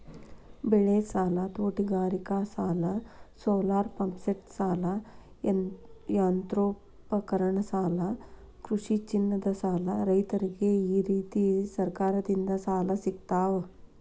ಬೆಳಿಸಾಲ, ತೋಟಗಾರಿಕಾಸಾಲ, ಸೋಲಾರಪಂಪ್ಸೆಟಸಾಲ, ಯಾಂತ್ರೇಕರಣಸಾಲ ಕೃಷಿಚಿನ್ನದಸಾಲ ರೈತ್ರರಿಗ ಈರೇತಿ ಸರಕಾರದಿಂದ ಸಾಲ ಸಿಗ್ತಾವು